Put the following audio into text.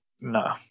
no